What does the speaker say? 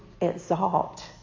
exalt